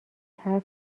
حرف